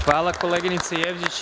Hvala koleginice Jevđić.